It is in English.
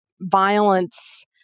violence